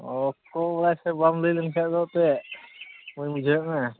ᱚᱠᱚ ᱵᱟᱲᱟᱭᱪᱚ ᱵᱟᱢ ᱞᱟᱹᱭᱞᱮᱱ ᱠᱷᱟᱱ ᱫᱚ ᱮᱱᱛᱮᱫ ᱵᱟᱹᱧ ᱵᱩᱡᱷᱟᱹᱣᱮᱫ ᱢᱮᱭᱟ